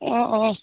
অঁ অঁ